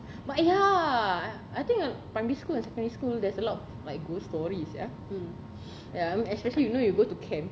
but ya I think primary school and secondary school there's a lot of like ghost stories sia ya especially you know you go to camps